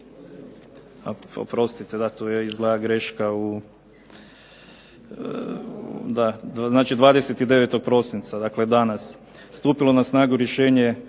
Oprostite, da tu je izgleda greška u, znači 29. prosinca dakle danas stupilo na snagu rješenje